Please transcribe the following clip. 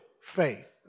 faith